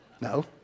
no